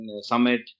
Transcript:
summit